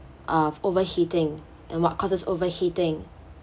of overheating and what causes overheating